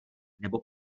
nebo